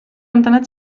amdanat